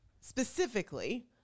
specifically